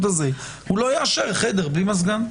הוא לא יאשר חדר בלי מזגן.